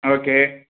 okay